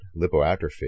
lipoatrophy